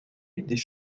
des